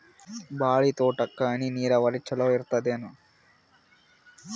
ಬಾಳಿ ತೋಟಕ್ಕ ಹನಿ ನೀರಾವರಿ ಚಲೋ ಇರತದೇನು?